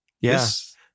Yes